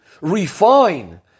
refine